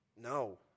no